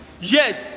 Yes